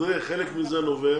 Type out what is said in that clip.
חלק מזה נובע